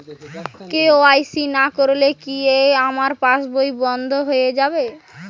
KYC না করলে কি আমার পাশ বই বন্ধ হয়ে যাবে?